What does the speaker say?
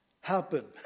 happen